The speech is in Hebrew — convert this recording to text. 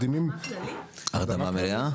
הרדמה מלאה?